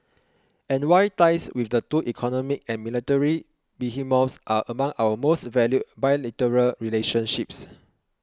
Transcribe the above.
and why ties with the two economic and military behemoths are among our most valued bilateral relationships